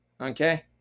okay